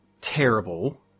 terrible